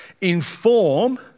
inform